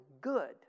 good